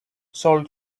soul